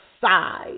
side